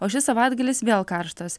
o šis savaitgalis vėl karštas